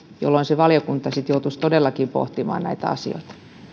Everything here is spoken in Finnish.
jolloin valiokunta sitten joutuisi todellakin pohtimaan näitä asioita